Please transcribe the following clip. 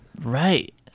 Right